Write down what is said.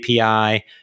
api